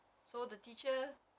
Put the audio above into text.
so the teacher